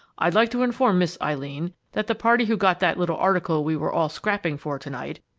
i'd like to inform miss eileen that the party who got that little article we were all scrapping for to-night,